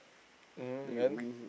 mm then